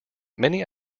many